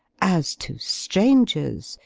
as to strangers,